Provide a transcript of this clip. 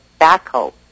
backhoe